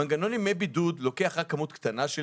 מנגנון ימי בידוד סדור לוקח רק כמות קטנה של